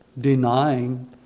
denying